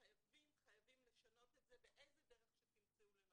חייבים לשנות את זה באיזו דרך שתמצאו לנכון.